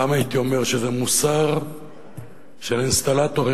פעם הייתי אומר שזה מוסר של האינסטלטורים,